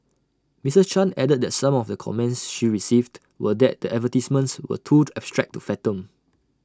Mrs chan added that some of the comments she received were that the advertisements were too to abstract to fathom